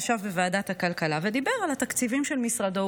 ישב בוועדת הכלכלה ודיבר על התקציבים של משרדו,